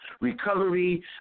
recovery